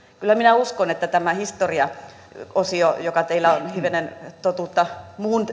minä en usko että tämä historiaosio jossa teillä on hivenen totuutta